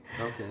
Okay